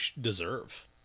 deserve